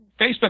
Facebook